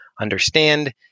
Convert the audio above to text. understand